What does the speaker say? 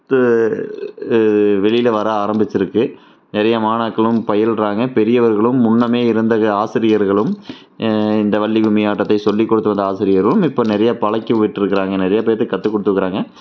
வெளியில் வர ஆரம்பித்திருக்கு நிறையா மாணாக்களும் பயில்கிறாங்க பெரியவர்களும் முன்னமே இருந்த ஆசிரியர்களும் இந்த வள்ளிக்கும்மி ஆட்டத்தை சொல்லி கொடுத்த அந்த ஆசிரியரும் இப்போ நிறையா பழக்கி விட்டுருக்குறாங்க நிறையா பேத்துக்கு கற்று கொடுத்துருக்குறாங்க